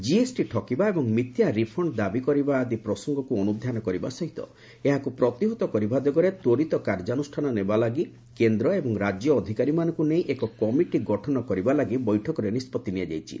GST ଠକିବା ଏବଂ ମିଥ୍ୟା ରିଫଣ୍ଡ ଦାବି କରିବା ଆଦି ପ୍ରସଙ୍ଗକୁ ଅନୁଧ୍ୟାନ କରିବା ସହିତ ଏହାକୁ ପ୍ରତିହତ କରିବା ଦିଗରେ ତ୍ୱରିତ କାର୍ଯ୍ୟାନୁଷ୍ଠାନ ନେବା ଲାଗି କେନ୍ଦ୍ର ଏବଂ ରାଜ୍ୟ ଅଧିକାରୀମାନଙ୍କୁ ନେଇ ଏକ କମିଟି ଗଠନ କରିବା ଲାଗି ବୈଠକରେ ନିଷ୍କଭି ନିଆଯାଇଛି